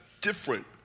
different